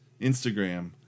Instagram